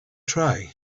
try